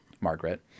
Margaret